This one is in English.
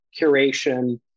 curation